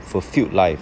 fulfilled life